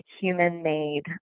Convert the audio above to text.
human-made